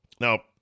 Now